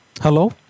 Hello